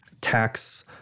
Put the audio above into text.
tax